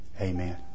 amen